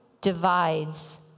divides